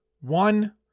one